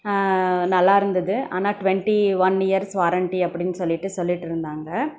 நல்லா இருந்தது ஆனால் டுவெண்ட்டி ஒன் இயர்ஸ் வாரண்ட்டி அப்படின்னு சொல்லிட்டு சொல்லிகிட்டுருந்தாங்க